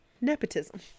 nepotism